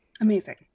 Amazing